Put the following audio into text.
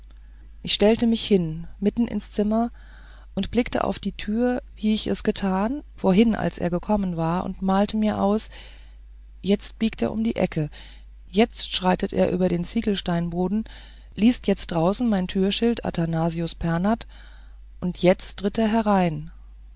ich stellte mich hin mitten ins zimmer und blickte auf die tür wie ich es getan vorhin als er gekommen war und malte mir aus jetzt biegt er um die ecke jetzt schreitet er über den ziegelsteinboden liest jetzt draußen mein türschild athanasius pernath und jetzt tritt er herein